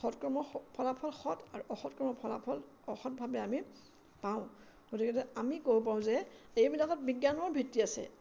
সৎকৰ্ম ফলাফল সৎ আৰু অসৎকৰ্মৰ ফলাফল অসৎভাৱে আমি পাওঁ গতিকতে আমি ক'ব পাৰোঁ যে এইবিলাকত বিজ্ঞানৰ ভিত্তি আছে